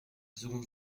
seconde